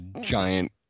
giant